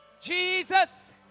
Jesus